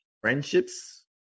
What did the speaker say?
friendships